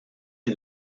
den